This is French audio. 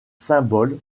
symbole